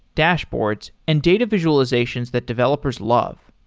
dashboards and data visualizations that developers love.